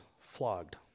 flogged